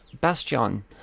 bastion